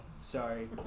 sorry